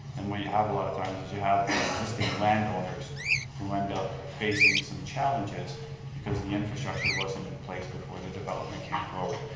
then what you have a lot of times is you have the exiting and landowners who end up facing some challenges because the infrastructure wasn't in place before the development came forward.